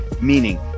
meaning